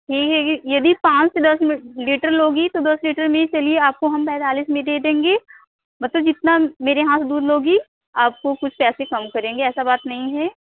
ये यदि पाँच दस लीटर लोगी तो दस लीटर में चलिए आपको हम पेंतालीस में दे देंगे मतलब जितना मेरे यहाँ से दूध लोगी आपको कुछ पैसे कम करेंगे ऐसा बात नहीं है